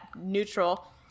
neutral